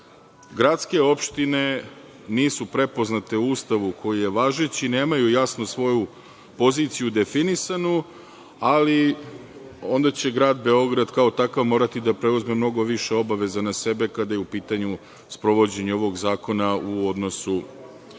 gradske opštine nisu prepoznate u Ustavu koji je važeći, nemaju jasno svoju poziciju definisanu, ali onda će grad Beograd kao takav morati da preuzme mnogo više obaveza na sebe kada je u pitanju sprovođenje ovog zakona u odnosu na